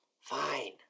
Fine